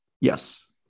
Yes